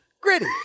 Gritty